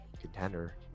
contender